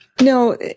No